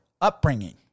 upbringing